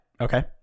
Okay